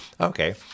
Okay